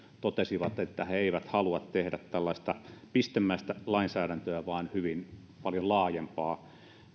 totesivat että he eivät halua tehdä tällaista pistemäistä lainsäädäntöä vaan hyvin paljon laajempaa